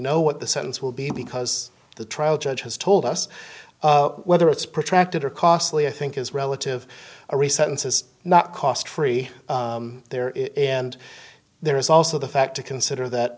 know what the sentence will be because the trial judge has told us whether it's protracted or costly i think is relative or a sentence is not cost free there is and there is also the fact to consider that